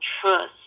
trust